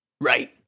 Right